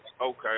Okay